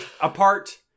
apart